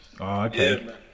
Okay